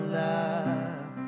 love